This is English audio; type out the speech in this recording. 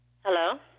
Hello